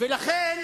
ולכן